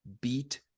beat